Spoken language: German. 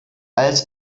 als